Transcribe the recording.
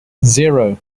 zero